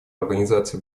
организации